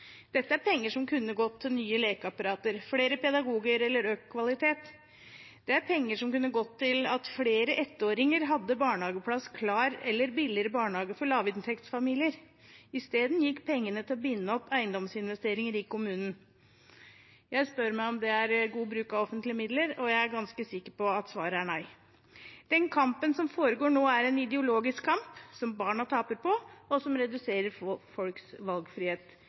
Dette er penger som kunne gått til nye lekeapparater, flere pedagoger eller økt kvalitet. Det er penger som kunne gått til at flere ettåringer hadde barnehageplassen klar eller til billigere barnehager for lavinntektsfamilier. Isteden gikk pengene til å binde opp eiendomsinvesteringer i kommunen. Jeg spør meg om det er god bruk av offentlige midler, og jeg er ganske sikker på at svaret er nei. Den kampen som foregår nå, er en ideologisk kamp som barna taper på, og som reduserer folks valgfrihet.